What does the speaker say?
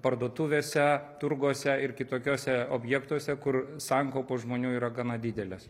parduotuvėse turguose ir kitokiuose objektuose kur sankaupos žmonių yra gana didelės